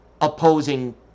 opposing